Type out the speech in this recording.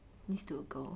needs to a girl